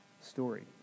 story